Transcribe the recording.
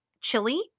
chili